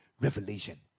revelation